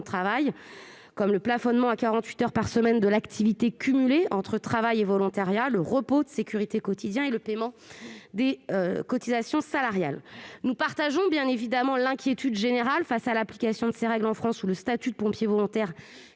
travail, comme le plafonnement à quarante-huit heures par semaine de l'activité cumulée entre travail et volontariat, le repos de sécurité quotidien et le paiement des cotisations salariales. Nous partageons évidemment l'inquiétude générale face à l'application de ces règles en France, où le statut de pompier volontaire